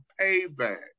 payback